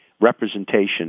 representation